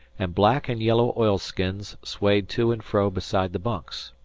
and black and yellow oilskins swayed to and fro beside the bunks.